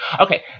Okay